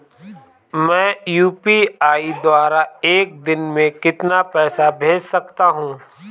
मैं यू.पी.आई द्वारा एक दिन में कितना पैसा भेज सकता हूँ?